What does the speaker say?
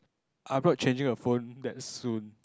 I'm not changing a phone that soon